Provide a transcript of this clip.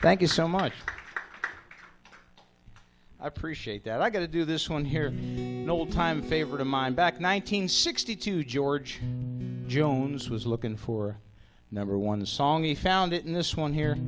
thank you so much i appreciate that i got to do this one here no time favorite of mine back nine hundred sixty two george jones was looking for number one the song he found it in this one here